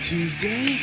Tuesday